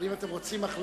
אבל אם אתם רוצים החלטה,